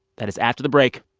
that is after the break.